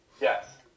Yes